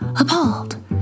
appalled